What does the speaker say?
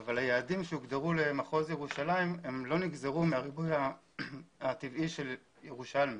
אבל היעדים שהוגדרו למחוז ירושלים לא נגזרו מהריבוי הטבעי של ירושלמים.